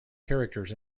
characters